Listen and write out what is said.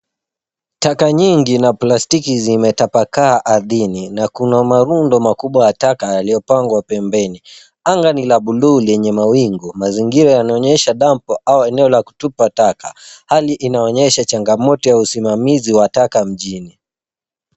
Taka nyingi za plastiki zimetapakaa ardhini na kuna marundo makubwa ya taka yaliyopangwa pembeni. Anga ni la buluu lenye mawingu, mazingira yanaonyesha dump ama maeneo ya kutupa taka. Hali inaonyesha changamoto ya usimamizi wa taka mjini.